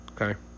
okay